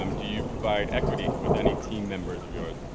um do you provide equity with any team members of yours?